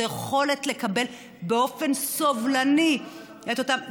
זו היכולת לקבל באופן סובלני את אותם,